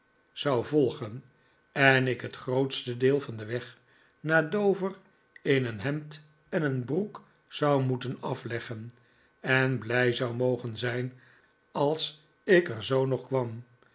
zou volgen en ik het grootste deel van den weg naar dover in een hemd en een broek zou moeten afleggen en blij zou mogen zijn als ik er zoo nog kwam